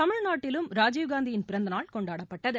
தமிழ்நாட்டிலும் ராஜீவ்காந்தியின் பிறந்த நாள் கொண்டாடப்பட்டது